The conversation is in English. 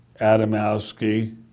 Adamowski